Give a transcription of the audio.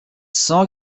cent